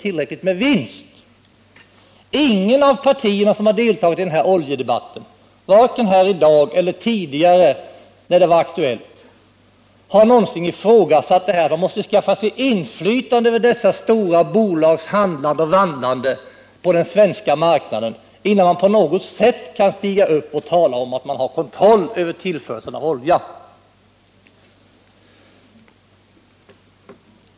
Inget av de partier som har deltagit i den här debatten, i dag eller tidigare när det var aktuellt, har någonsin ifrågasatt det här. Man måste skaffa sig inflytande över dessa stora bolags handel och vandel på den svenska marknaden, innan man stiger upp och talar om att man har kontroll över tillförseln av olja.